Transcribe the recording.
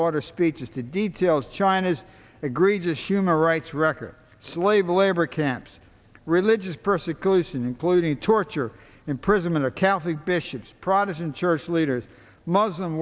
order speeches to details china's egregious human rights record slave labor camps religious persecution including torture imprisonment of catholic bishops protestant church leaders muslim